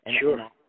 Sure